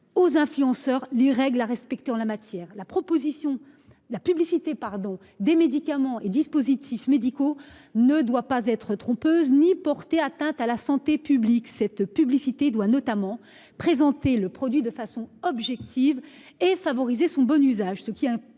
aux influenceurs les règles à respecter en la matière. La proposition, la publicité pardon des médicaments et dispositifs médicaux ne doit pas être trompeuses ni porter atteinte à la santé publique cette publicité doit notamment présenter le produit de façon objective et favoriser son bon usage,